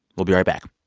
we'll be right back